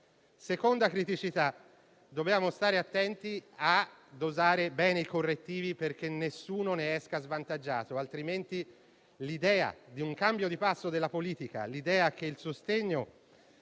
seconda criticità, dobbiamo stare attenti a dosare bene i correttivi perché nessuno ne esca svantaggiato, altrimenti l'idea di un cambio di passo della politica e che il sostegno